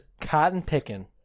cotton-picking